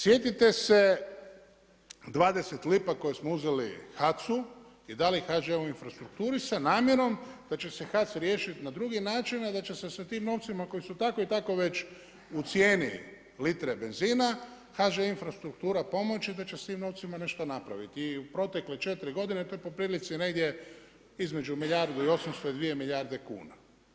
Sjetite se 20 lipa koje smo uzeli HAC-u i dali HŽ-ovom infrastrukturi sa namjerom da će se HAC riješiti na drugi način, a da će se sa tim novcima koji su tako i tako već u cijeni litre benzina, HŽ infrastruktura pomoći i da će se s tim novcima nešto napraviti i u protekle 4 godine, to je po prilici negdje između milijardu i 800 i 2 milijarde kuna.